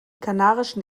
kanarischen